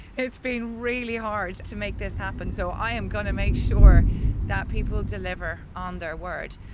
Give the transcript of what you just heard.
it's been really hard to make this happen, so i am going to make sure that people deliver on their word.